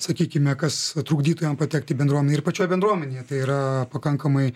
sakykime kas trukdytų jam patekti į bendruomenę ir pačioj bendruomenėj tai yra pakankamai